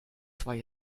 zwei